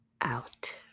out